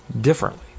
differently